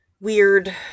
weird